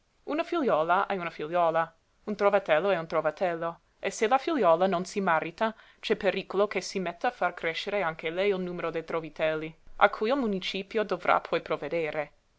una figliuola è una figliuola un trovatello è un trovatello e se la figliuola non si marita c'è pericolo che si metta a far crescere anche lei il numero dei trovatelli a cui il municipio dovrà poi provvedere